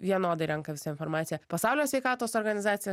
vienodai renka visą informaciją pasaulio sveikatos organizacija